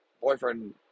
boyfriend